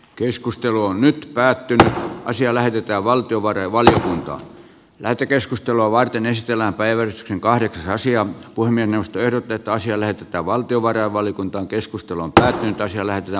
jossa se nyt päätetty asia lähetetään valtiovarainvaliokuntaan lähetekeskustelua varten jos tila päiväyskin kahdeksansia pulmien ostoehdot että asia lähetetään on uusien autojen mukana pysynyt